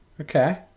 Okay